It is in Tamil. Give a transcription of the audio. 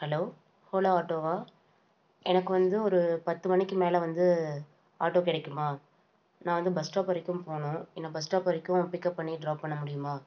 ஹலோ ஹோலோ ஆட்டோவா எனக்கு வந்து ஒரு பத்து மணிக்கு மேலே வந்து ஆட்டோ கிடைக்குமா நான் வந்து பஸ் ஸ்டாப் வரைக்கும் போகணும் என்னை பஸ் ஸ்டாப் வரைக்கும் பிக்கப் பண்ணி ட்ராப் பண்ண முடியுமா